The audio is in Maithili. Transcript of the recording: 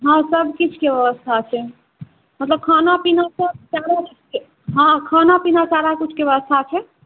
हँ सभकिछुके व्यवस्था छै मतलब खाना पीना सभतरहके हँ खाना पीना सारा किछुके व्यवस्था छै